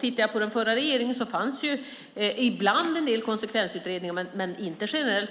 Tittar jag på den förra regeringen fanns ibland en del konsekvensutredningar men inte generellt.